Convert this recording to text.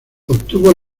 obtuvo